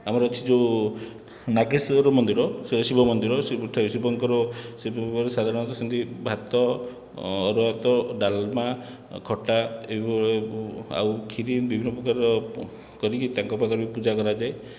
ଆମର ଅଛି ଯେଉଁ ନାଗେଶ୍ଵର ମନ୍ଦିର ସେ ଶିବ ମନ୍ଦିର ଶିବଙ୍କର ସାଧାରଣତଃ ସେମତି ଭାତ ଅରୁଆ ଭାତ ଡାଲମା ଖଟା ଏବଂ ଆଉ ଖିରୀ ବିଭିନ୍ନ ପ୍ରକାରର କରିକି ତାଙ୍କ ପାଖରେ ପୂଜା କରାଯାଏ